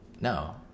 no